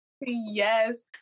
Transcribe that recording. Yes